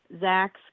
Zach